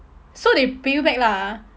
so they pay you back lah